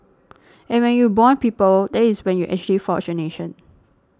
and when you bond people that is when you actually forge a nation